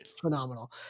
phenomenal